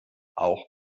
auch